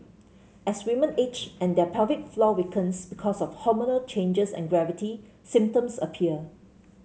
as women age and their pelvic floor weakens because of hormonal changes and gravity symptoms appear